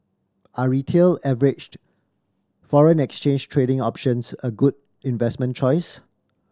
are Retail foreign exchange trading options a good investment choice